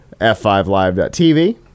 f5live.tv